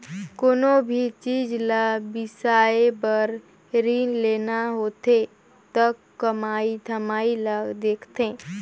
कोनो भी चीच ल बिसाए बर रीन लेना होथे त कमई धमई ल देखथें